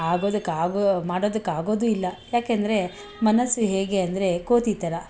ಆಗೋದಕ್ಕಾಗೋ ಮಾಡೋದಕ್ಕಾಗೋದು ಇಲ್ಲ ಏಕೆ ಅಂದರೆ ಮನಸ್ಸು ಹೇಗೆ ಅಂದರೆ ಕೋತಿ ಥರ